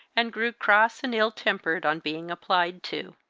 and grew cross and ill-tempered on being applied to.